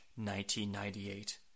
1998